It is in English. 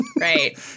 right